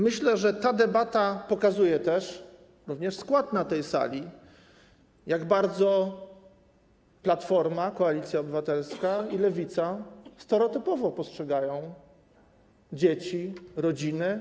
Myślę, że ta debata pokazuje też, również skład na tej sali, jak bardzo Platforma, Koalicja Obywatelska i Lewica stereotypowo postrzegają dzieci, rodzinę.